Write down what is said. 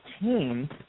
team